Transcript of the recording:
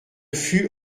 fut